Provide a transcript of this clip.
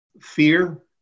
Fear